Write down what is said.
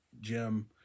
Jim